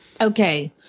Okay